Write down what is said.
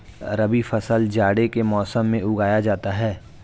रबी फसल जाड़े के मौसम में उगाया जाता है